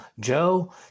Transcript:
Joe